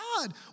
God